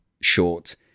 short